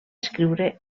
escriure